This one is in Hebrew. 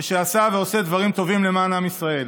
ועשה ועושה דברים טובים למען עם ישראל.